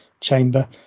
chamber